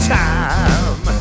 time